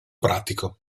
pratico